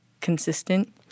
consistent